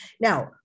Now